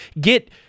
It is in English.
get